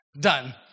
Done